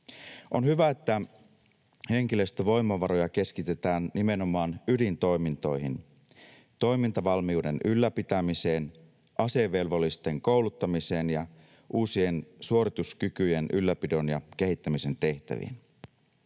On hyvä, että henkilöstövoimavaroja keskitetään nimenomaan ydintoimintoihin, toimintavalmiuden ylläpitämiseen, asevelvollisten kouluttamiseen ja uusien suorituskykyjen ylläpidon ja kehittämisen tehtäviin.